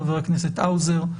חבר הכנסת האוזר,